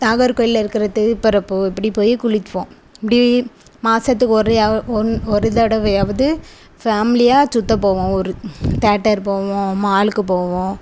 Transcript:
நாகர் கோவில்ல இருக்கிற தெரு பரப்பு இப்படி போய் குளிப்போம் இப்படி மாதத்துக்கு ஒரு யா ஒன் ஒரு தடவையாவது ஃபேமிலியாக சுத்த போவோம் ஒரு தேட்டர் போவோம் மாலுக்கு போவோம்